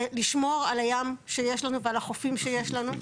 ולשמור על הים שיש לנו ועל החופים שיש לנו.